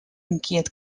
inquiet